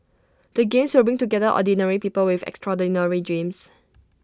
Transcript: the games will bring together ordinary people with extraordinary dreams